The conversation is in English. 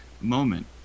moment